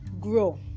grow